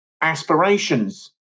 aspirations